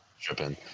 tripping